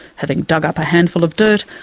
having dug up a handful of dirt,